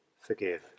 forgive